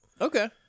okay